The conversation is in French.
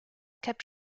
cap